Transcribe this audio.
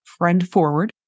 friendforward